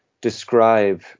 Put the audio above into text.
describe